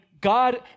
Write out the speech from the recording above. God